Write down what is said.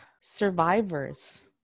survivors